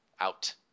out